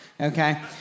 Okay